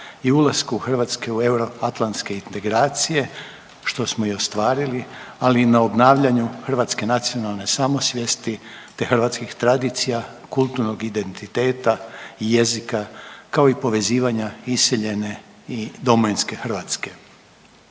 i ulasku Hrvatske u Euroatlantske integracije, što smo i ostvarili, a i na obnavljanju hrvatske nacionalne samosvijesti te hrvatskih tradicija, kulturnog identiteta i jezika, kao i povezivanja iseljene i domovinske Hrvatske.